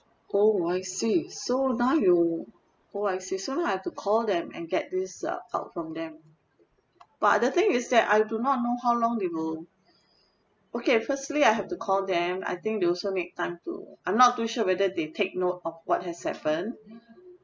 oh I see so now you oh I see so now I have to call them and get this uh out from them but the thing is that I do not know how long they will okay firstly I have to call them I think they also need time to I'm not too sure whether they take note of what has happened